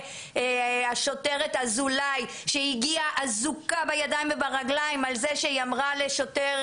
השוטרת אזולאי שהגיעה אזוקה בידיים וברגליים על כך שהיא אמרה לשוטר: